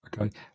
Okay